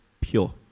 pure